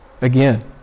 Again